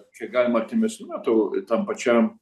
čia galima artimesniu metu tam pačiam